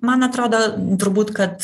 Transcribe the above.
man atrodo turbūt kad